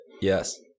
yes